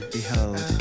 Behold